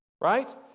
right